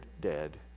dead